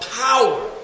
power